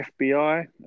FBI